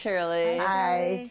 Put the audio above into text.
surely i